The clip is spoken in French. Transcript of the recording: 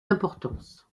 importance